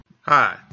Hi